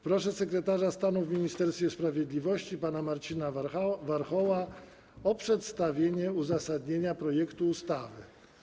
Proszę sekretarza stanu w Ministerstwie Sprawiedliwości pana Marcina Warchoła o przedstawienie uzasadnienia projektu ustawy.